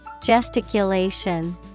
Gesticulation